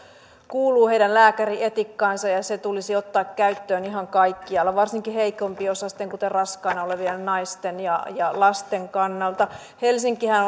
kuuluu heidän lääkärietiikkaansa ja se tulisi ottaa käyttöön ihan kaikkialla varsinkin heikompiosaisten kuten raskaana olevien naisten ja ja lasten osalta helsinkihän